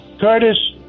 Curtis